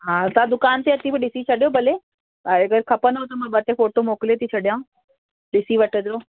हा तव्हां दुकान ते अची पोइ ॾिसी छॾियो भले हा अगरि खपंदव त मां ॿ टे फ़ोटू मोकिले थी छॾियां ॾिसी वठिजो